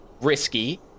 Risky